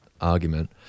argument